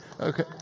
Okay